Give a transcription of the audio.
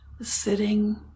sitting